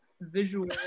visual